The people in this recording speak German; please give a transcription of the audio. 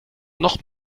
noch